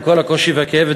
עם כל הקושי והכאב,